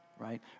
right